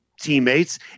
teammates